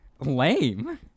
Lame